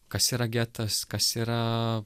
kas yra getas kas yra